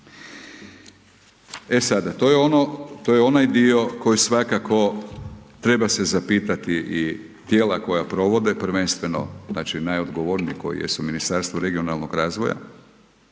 je ono, to je onaj dio koji svakako treba se zapitati i tijela koja provode, prvenstveno znači najodgovorniji koji jesu, Ministarstvo regionalnoga razvoja,